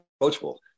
approachable